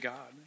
God